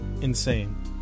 insane